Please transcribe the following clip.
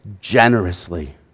generously